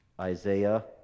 Isaiah